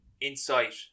insight